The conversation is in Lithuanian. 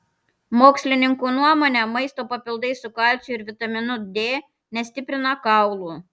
mokslininkų nuomone maisto papildai su kalciu ir vitaminu d nestiprina kaulų